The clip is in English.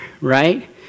right